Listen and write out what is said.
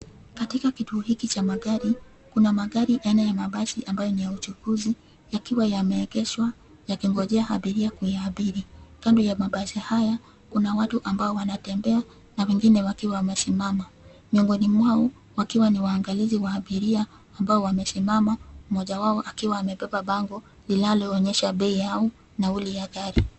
Katika kituo hiki cha magari, kuna magari aina ya mabasi ambayo ni ya uchukuzi yakiwa yameegeshwa yakingojea abiria kuyaabiri. Kando ya mabasi haya, kuna watu ambao wanatembea na wengine wakiwa wamesimama, miongoni mwao wakiwa ni waangalizi wa abiria ambao wamesimama mmoja wao akiwa amebeba bango linaloonyesha bei yao nauli ya gari.